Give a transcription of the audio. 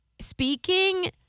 speaking